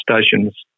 stations